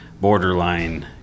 borderline